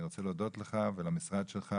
אני רוצה להודות לך ולמשרד שלך